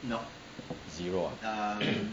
zero ah